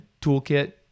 toolkit